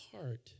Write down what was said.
heart